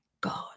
God